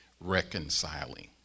reconciling